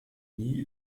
nie